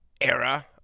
era